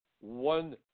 one